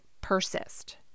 persist